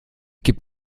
gibt